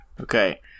Okay